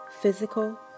physical